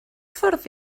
ffordd